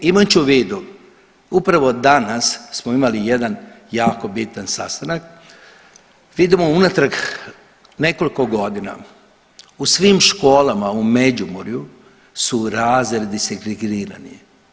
Imajući u vidu upravo danas smo imali jedan jako bitan sastanak, vidimo unatrag nekoliko godina u svim školama u Međimurju su razredi segregirani.